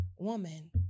Woman